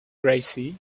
gracie